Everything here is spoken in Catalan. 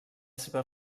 seva